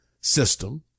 system